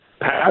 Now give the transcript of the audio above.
pass